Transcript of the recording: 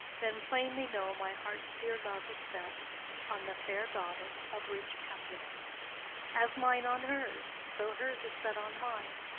then plainly know my heart's dear love is set on the fair daughter of rich capulet as mine on hers, so hers is set on mine,